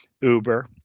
Uber